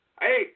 hey